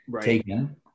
taken